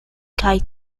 kaj